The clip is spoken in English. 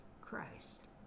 Christ